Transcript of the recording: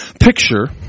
picture